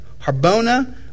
Harbona